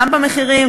גם במחירים,